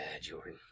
Jordan